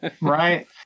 Right